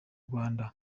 rwanda